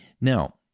Now